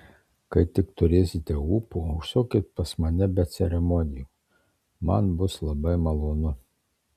kai tik turėsite ūpo užsukit pas mane be ceremonijų man bus labai malonu